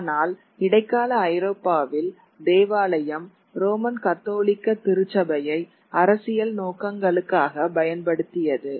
ஆனால் இடைக்கால ஐரோப்பாவில் தேவாலயம் ரோமன் கத்தோலிக்க திருச்சபையை அரசியல் நோக்கங்களுக்காகப் பயன்படுத்தியது